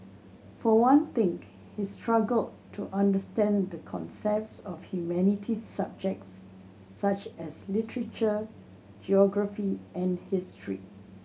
for one thing he struggled to understand the concepts of humanities subjects such as literature geography and history